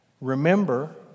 Remember